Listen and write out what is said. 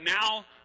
now